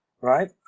right